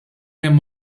hemm